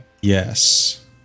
Yes